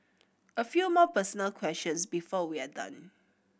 a few more personal questions before we are done